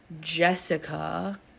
jessica